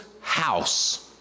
house